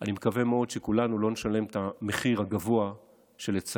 אני מקווה מאוד שכולנו לא נשלם את המחיר הגבוה שלצערי,